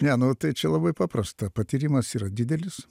ne nu tai čia labai paprasta patyrimas yra didelis